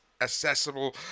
accessible